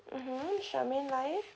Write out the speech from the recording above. mmhmm charmaine lai